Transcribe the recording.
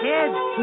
Kids